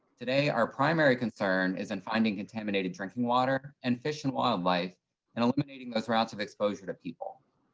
today, our primary concern is in finding contaminated drinking water and fish and wildlife and eliminating those routes of exposure to people.